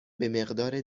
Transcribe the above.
مقدار